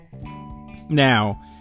Now